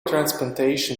transplantation